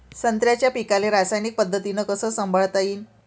संत्र्याच्या पीकाले रासायनिक पद्धतीनं कस संभाळता येईन?